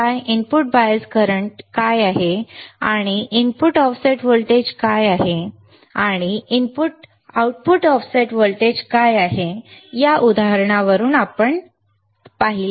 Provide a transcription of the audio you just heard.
input bias current काय आहे आणि इनपुट ऑफसेट व्होल्टेज काय आहे आणि आउटपुट ऑफसेट व्होल्टेज काय आहे या उदाहरणावरून आपण जे पाहिले आहे